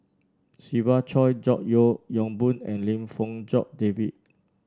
Siva Choy George Yeo Yong Boon and Lim Fong Jock David